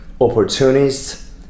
opportunists